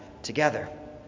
together